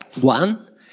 One